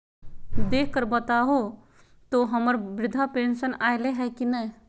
देख कर बताहो तो, हम्मर बृद्धा पेंसन आयले है की नय?